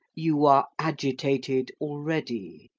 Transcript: you are agitated already,